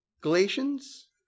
Galatians